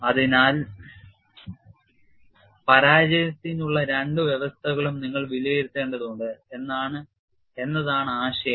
അതിനാൽ പരാജയത്തിനുള്ള രണ്ട് വ്യവസ്ഥകളും നിങ്ങൾ വിലയിരുത്തേണ്ടതുണ്ട് എന്നതാണ് ആശയം